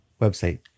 Website